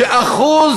שאחוז